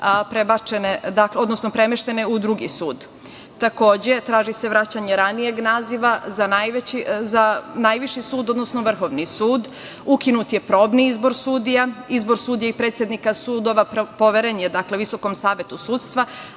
mogle biti premeštene u drugi sud. Takođe, traži se vraćanje ranijeg naziva za najviši sud, odnosno Vrhovni sud. Ukinut je probni izbor sudija. Izbor sudija i predsednika sudova poveren je Visokom savetu sudstva,